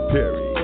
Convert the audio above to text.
Perry